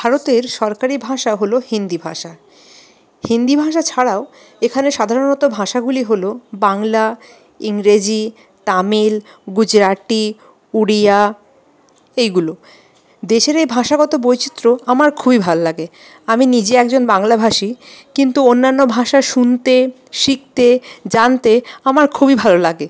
ভারতের সরকারি ভাষা হলো হিন্দি ভাষা হিন্দি ভাষা ছাড়াও এখানে সাধারণত ভাষাগুলি হলো বাংলা ইংরেজি তামিল গুজরাটি উড়িয়া এইগুলো দেশের এই ভাষাগত বৈচিত্র্য আমার খুবই ভাল লাগে আমি নিজে একজন বাংলাভাষী কিন্তু অন্যান্য ভাষা শুনতে শিখতে জানতে আমার খুবই ভালো লাগে